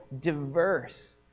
diverse